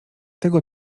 tego